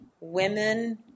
Women